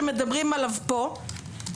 שמדברים עליו פה,